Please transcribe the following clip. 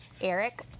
Eric